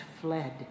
fled